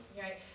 Right